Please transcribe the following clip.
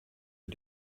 wir